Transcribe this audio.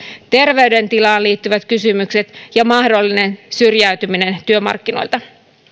terveydentilaan liittyvät kysymykset ja mahdollinen syrjäytyminen työmarkkinoilta